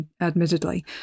admittedly